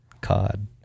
COD